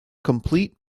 complete